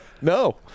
no